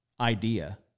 idea